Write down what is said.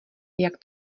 jak